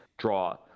draw